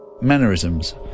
Mannerisms